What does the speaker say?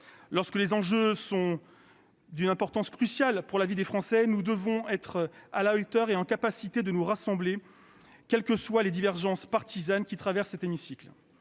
Lorsque les enjeux sont d'une importance cruciale pour la vie des Français, nous devons en effet être capables de nous rassembler, quelles que soient les divergences partisanes qui traversent cet hémicycle.